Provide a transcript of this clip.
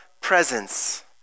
presence